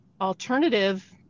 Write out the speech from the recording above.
alternative